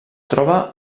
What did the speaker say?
troba